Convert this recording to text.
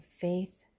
faith